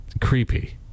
creepy